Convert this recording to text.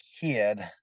kid